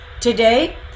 today